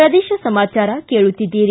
ಪ್ರದೇಶ ಸಮಾಚಾರ ಕೇಳುತ್ತೀದ್ದಿರಿ